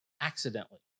accidentally